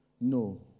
No